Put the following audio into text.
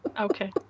Okay